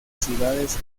ciudades